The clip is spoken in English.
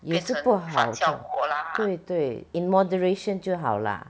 也是不好对对 in moderation 就好 lah